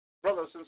Brothers